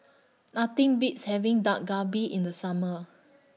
Nothing Beats having Dak Galbi in The Summer